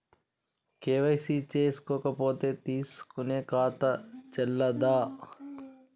KYC చేసుకోకపోతే తీసుకునే ఖాతా చెల్లదా?